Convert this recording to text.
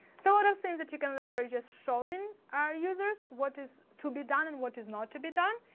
so what else things that you can leverage as showing our users what is to be done and what is not to be done?